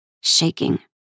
shaking